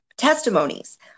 testimonies